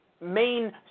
main